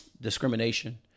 discrimination